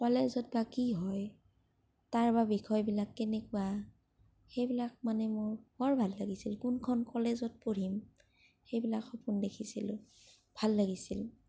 কলেজত বা কি হয় তাৰ বা বিষয়বিলাক কেনেকুৱা সেইবিলাক মানে মোৰ বৰ ভাল লাগিছিল কোনখন কলেজত পঢ়িম সেইবিলাক সপোন দেখিছিলোঁ ভাল লাগিছিল